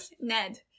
Ned